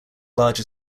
large